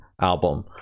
album